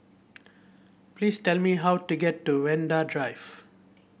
please tell me how to get to Vanda Drive